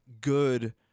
good